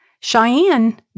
Cheyenne